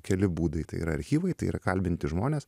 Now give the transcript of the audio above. keli būdai tai yra archyvai tai yra kalbinti žmonės